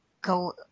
go